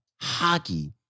Hockey